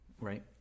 Right